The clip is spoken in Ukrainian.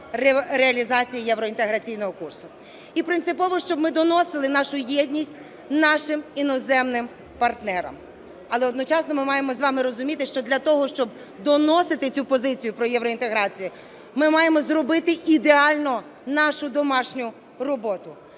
реалізації євроінтеграційного курсу. І принципово, щоб ми доносили нашу єдність нашим іноземним партнерам. Але одночасно ми маємо з вами розуміти, що для того, щоб доносити цю позицію про євроінтеграцію, ми маємо зробити ідеально нашу домашню роботу